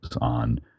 on